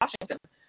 Washington